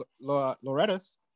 Loretta's